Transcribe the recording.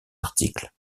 articles